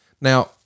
Now